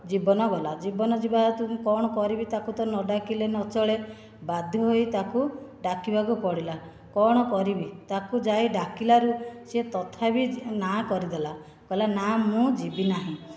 ଜୀବନ ଗଲା ଜୀବନ ଯିବା ହେତୁ କ'ଣ କରିବି ତାକୁ ତ ନ ଡାକିଲେ ନଚଳେ ବାଧ୍ୟ ହୋଇ ତାକୁ ଡାକିବାକୁ ପଡ଼ିଲା କ'ଣ କରିବି ତାକୁ ଯାଇ ଡାକିଲାରୁ ସେ ତଥାପି ନା କରିଦେଲା କହିଲା ନା ମୁଁ ଯିବିନାହିଁ